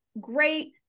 great